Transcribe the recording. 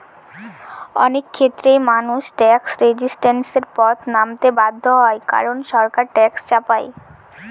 অনেক ক্ষেত্রেই মানুষ ট্যাক্স রেজিস্ট্যান্সের পথে নামতে বাধ্য হয় কারন সরকার ট্যাক্স চাপায়